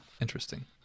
interesting